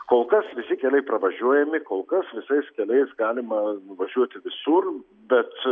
kol kas visi keliai pravažiuojami kol kas visais keliais galima važiuoti visur bet